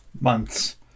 months